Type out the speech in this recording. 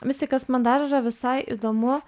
vis tik kas man dar yra visai įdomu